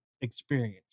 experience